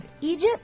Egypt